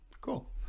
Cool